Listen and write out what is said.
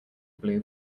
blue